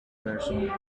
persons